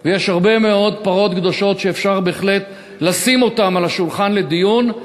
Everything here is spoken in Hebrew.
יש הרבה מאוד פרות קדושות שאפשר בהחלט לשים על השולחן לדיון,